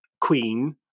queen